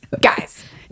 Guys